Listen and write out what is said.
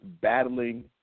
battling